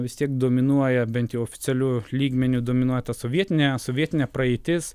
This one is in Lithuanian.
vis tiek dominuoja bent jau oficialiu lygmeniu dominuoja ta sovietinė sovietinė praeitis